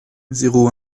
zéro